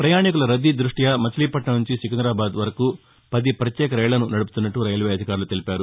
ప్రపయాణికుల రద్దీ దృష్ట్యి మచిలీపట్నం నుంచి సికిందాబాద్ వరకు పది ప్రత్యేక రైళ్లను నడుపుతున్నట్ట రైల్వే అధికారులు తెలిపారు